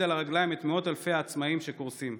על הרגליים את מאות אלפי העצמאים שקורסים.